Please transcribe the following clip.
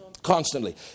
Constantly